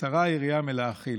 וקצרה היריעה מלהכיל.